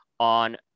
On